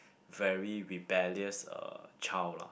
very rebellious uh child lah